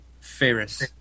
Ferris